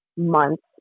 months